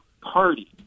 party